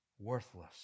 worthless